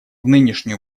нынешнюю